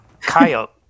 Coyote